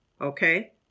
okay